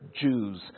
Jews